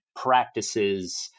practices